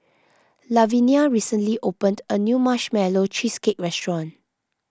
Lavinia recently opened a new Marshmallow Cheesecake restaurant